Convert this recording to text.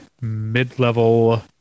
mid-level